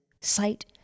Sight